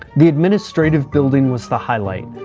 the administrative building was the highlight.